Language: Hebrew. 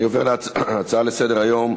אני עובר להצעות לסדר-היום: